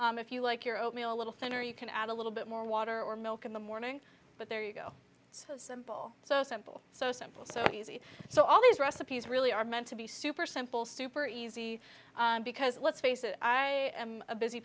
if you like your oatmeal a little thinner you can add a little bit more water or milk in the morning but there you go it's so simple so simple so simple so easy so all these recipes really are meant to be super simple super easy because let's face it i am a busy